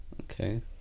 Okay